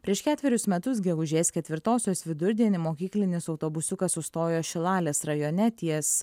prieš ketverius metus gegužės ketvirtosios vidurdienį mokyklinis autobusiukas sustojo šilalės rajone ties